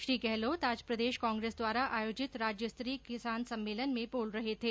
श्री गहलोत ै आज प्रदेश कांग्रेस द्वारा आयोजित राज्यस्तरीय किसान सम्मेलन में बोल रहे थे